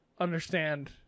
understand